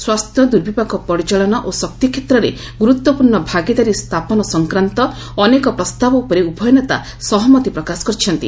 ସ୍ୱାସ୍ଥ୍ୟ ଦୁର୍ବିପାକ ପରିଚାଳନା ଓ ଶକ୍ତି କ୍ଷେତ୍ରରେ ଗୁରୁତ୍ୱପୂର୍ଣ୍ଣ ଭାଗିଦାରି ସ୍ଥାପନ ସଂକ୍ରାନ୍ତ ଅନେକ ପ୍ରସ୍ତାବ ଉପରେ ଉଭୟ ନେତା ସହମତି ପ୍ରକାଶ କରିଛନ୍ତି